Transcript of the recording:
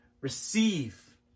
receive